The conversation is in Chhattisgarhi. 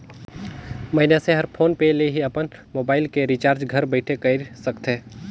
मइनसे हर फोन पे ले ही अपन मुबाइल के रिचार्ज घर बइठे कएर सकथे